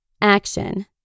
Action